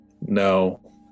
No